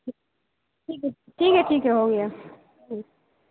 ٹھیک ٹھیک ہے ٹھیک ہے ٹھیک ہے ہو گیا ٹھیک